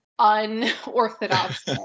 Unorthodox